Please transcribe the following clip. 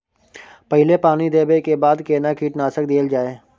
पहिले पानी देबै के बाद केना कीटनासक देल जाय?